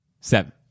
Seven